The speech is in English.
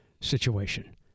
situation